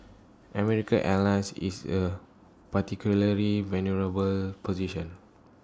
American airlines is A particularly vulnerable position